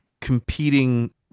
competing